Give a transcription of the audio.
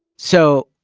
so,